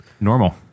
normal